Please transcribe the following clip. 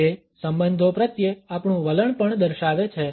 તે સંબંધો પ્રત્યે આપણું વલણ પણ દર્શાવે છે